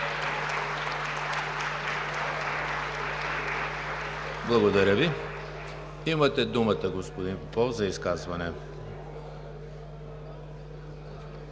Благодаря Ви. Имате думата, господин Попов, за изказване.